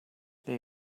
they